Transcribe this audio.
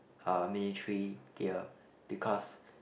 uh military gear because